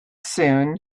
soon